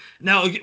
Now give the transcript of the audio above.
now